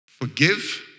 forgive